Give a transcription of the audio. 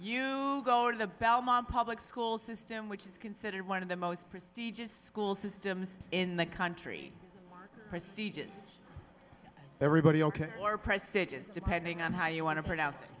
you go to the belmont public school system which is considered one of the most prestigious school systems in the country prestigious everybody ok or prestigious depending on how you want to pronounce it